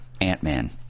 Ant-Man